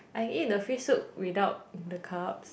I eat the fish soup without the carbs